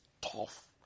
tough